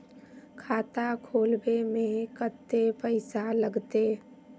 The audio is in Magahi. खाता खोलबे में कते पैसा लगते?